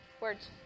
words